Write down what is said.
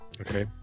okay